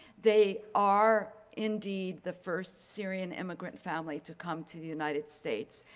they are indeed the first syrian immigrant family to come to the united states.